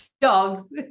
Dogs